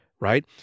right